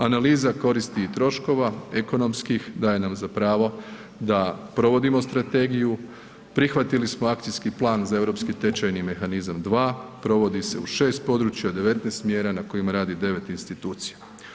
Analiza koristi i troškova ekonomskih daje nam za pravo da provodimo strategiju, prihvatili smo akcijski plan za europski tečajni mehanizam 2, provodi se u 6 područja, 19 mjera na kojima radi 9 institucija.